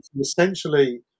essentially